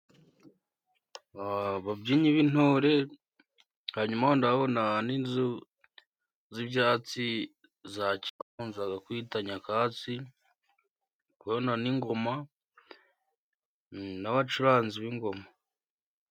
Ababyinnyi b'intore ,hanyumaho ndahabona n'inzu z'ibyatsi za kinyarwanda bakundaga kwita nyakatsi ndabona n'ingoma n'abacuranzi b'ingoma.